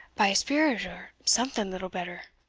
by a spirit or something little better.